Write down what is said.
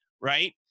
Right